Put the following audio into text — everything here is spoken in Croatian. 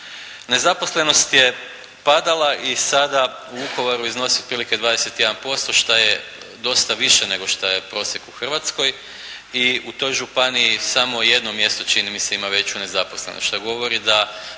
Nezaposlenost je padala i sada u Vukovaru iznosi otprilike 21% što je dosta više nego što je prosjek u Hrvatskoj i u toj županiji samo jedno mjesto čini mi se ima veću nezaposlenost što govori da